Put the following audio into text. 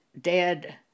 dead